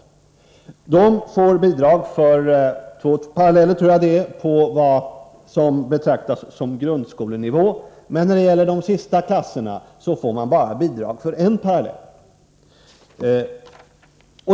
Bidrag ges för, tror jag, två paralleller som betraktas som klasser på grundskolenivå. Men när det gäller de sista klasserna får man bara bidrag för en parallell.